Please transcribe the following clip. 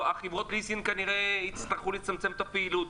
חברות הליסינג יצטרכו כנראה לצמצם את הפעילות.